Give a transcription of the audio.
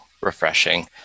refreshing